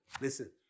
listen